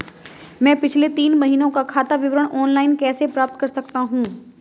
मैं पिछले तीन महीनों का खाता विवरण ऑनलाइन कैसे प्राप्त कर सकता हूं?